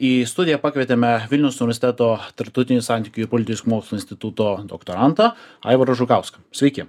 į studiją pakvietėme vilniaus universiteto tarptautinių santykių ir politikos mokslų instituto doktorantą aivarą žukauską sveiki